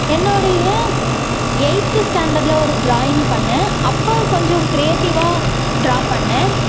என்னுடைய எயிட்த்து ஸ்டாண்டடில் ட்ராயிங் பண்ணேன் அப்போ கொஞ்சம் க்ரியேட்டிவாக ட்ரா பண்ணுனேன்